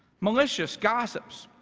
malicious gossips,